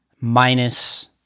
minus